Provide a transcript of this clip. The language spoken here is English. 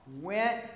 went